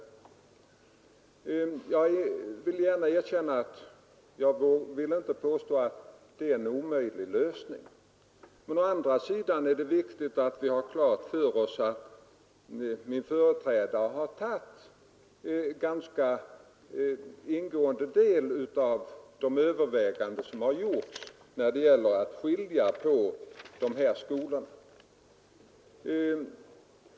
Jag vill inte påstå 13 december 1973 att det är en omöjlig lösning. Å andra sidan är det viktigt att vi har klart — för oss att min företrädare har tagit ganska ingående del av de överväganden som har gjorts när det gäller att skilja på de här skolorna.